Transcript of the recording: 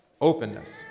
openness